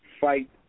fight